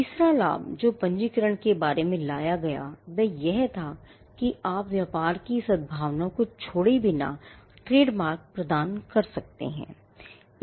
तीसरा लाभ जो पंजीकरण के बारे में लाया गया था वह यह था कि आप व्यापार की सद्भावना को छोड़े बिना ट्रेडमार्क प्रदान कर सकते हैं